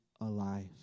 alive